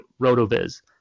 ROTOVIZ